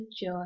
joy